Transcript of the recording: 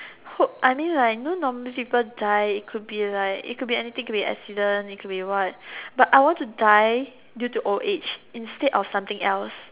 hope I mean like know normally people die it could be like it could be anything it could be accident but I want to die due to old age instead of something else